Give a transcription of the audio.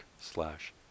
slash